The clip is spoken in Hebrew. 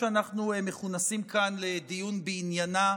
נכון מאוד,